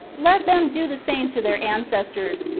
let them do the same to their ancestors,